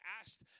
asked